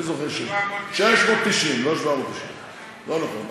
אני זוכר 600. 690 ולא 790. לא נכון.